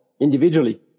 individually